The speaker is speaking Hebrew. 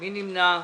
מי נמנע?